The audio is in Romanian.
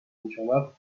menționat